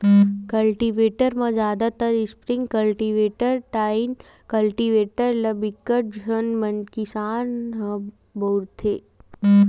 cultivator म जादातर spring cultivator, tine cultivator ल बिकट झन किसान मन ह बउरथे